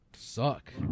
suck